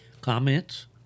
Comments